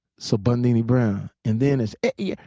so bundini brown. and then it's yeah